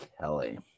Kelly